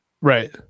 Right